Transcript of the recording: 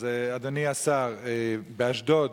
אדוני השר, באשדוד